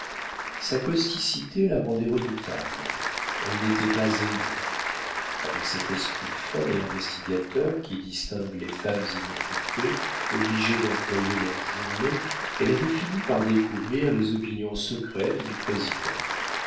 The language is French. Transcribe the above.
sa causticité la rendait redoutable elle n'était pas aimée avec cet esprit fin et investigateur qui distingue les femmes inoccupées obligées d'employer leur journée elle avait fini par découvrir les opinions secrètes du président